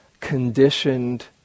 conditioned